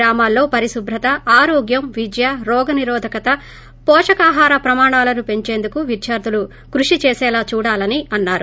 గ్రామాల్లో పరిశుభ్రత ఆరోగ్యం విద్య రోగానిరోగత వోషకాహార ప్రమాణాలను పెంచేందుకు విద్యార్దులు కృషి చేసే చూడాలని అన్నారు